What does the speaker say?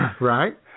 Right